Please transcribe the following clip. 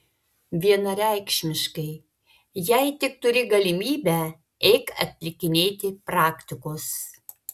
vienareikšmiškai jei tik turi galimybę eik atlikinėti praktikos